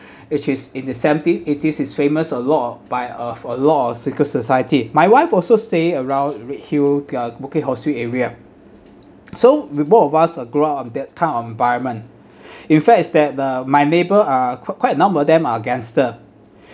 which is in the seventies eighties is famous a lot of by of a lot of secret society my wife also stay around redhill uh Bukit Ho Swee area so we both of us are grew up on that kind of environment in fact is that the my neighbour uh qu~ quite a number of them are gangster